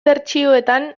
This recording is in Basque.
bertsioetan